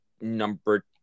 number